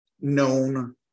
known